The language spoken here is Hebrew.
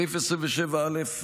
סעיף 27א(א)